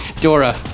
Dora